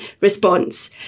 response